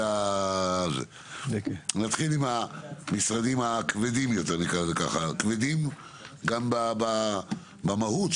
נתחיל במשרדים הכבדים יותר כבדים גם במהות,